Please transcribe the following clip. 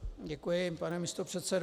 Děkuji pane místopředsedo.